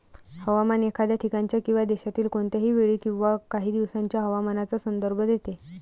हवामान एखाद्या ठिकाणाच्या किंवा देशातील कोणत्याही वेळी किंवा काही दिवसांच्या हवामानाचा संदर्भ देते